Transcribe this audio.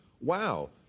wow